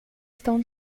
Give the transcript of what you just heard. estão